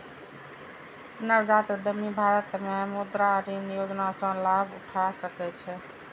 नवजात उद्यमी भारत मे मुद्रा ऋण योजना सं लाभ उठा सकै छै